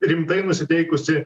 rimtai nusiteikusi